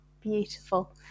beautiful